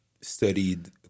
studied